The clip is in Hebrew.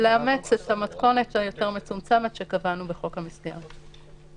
לאמץ את המתכונת היותר מצומצמת שקבענו בחוק המסגרת.